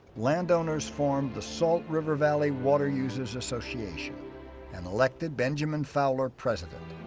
landowners formed the salt river valley water users' association and elected benjamin fowler president.